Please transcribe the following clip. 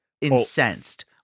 incensed